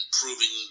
proving